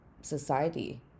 society